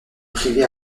privée